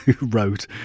wrote